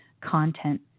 content